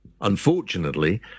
unfortunately